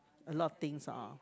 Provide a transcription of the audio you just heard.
a lot of things ah